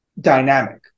dynamic